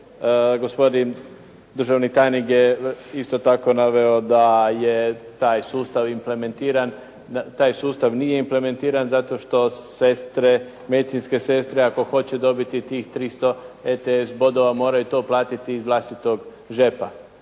Gospodin državni tajnik je isto tako naveo da je taj sustav implementiran. Taj sustav nije implementiran zato što sestre, medicinske sestre ako hoće dobiti tih 300 ets bodova moraju to platiti iz vlastitog džepa.